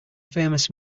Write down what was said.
famous